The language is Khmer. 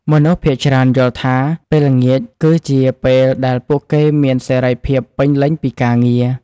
មនុស្សភាគច្រើនយល់ថា ពេលល្ងាចគឺជាពេលដែលពួកគេមានសេរីភាពពេញលេញពីការងារ។